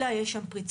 כל לילה יש שם פריצות.